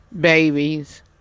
babies